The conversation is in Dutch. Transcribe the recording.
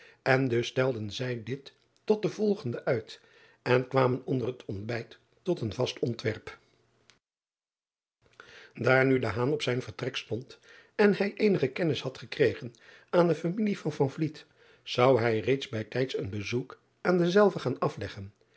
en dus stelden zij dit tot den volgenden uit en kwamen onder het ontbijt tot een vast ontwerp aar nu op zijn vertrek stond en hij eenige kennis had gekregen aan de familie van zou hij reeds bij tijds een bezoek aan dezelve gaan afleggen